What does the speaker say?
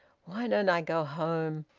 why don't i go home?